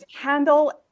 handle